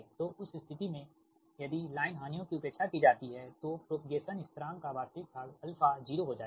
तो उस स्थिति में यदि लाइन हानियों की उपेक्षा की जाती है तो प्रोपगेसन स्थिरांक का वास्तविक भाग 0 हो जाएगा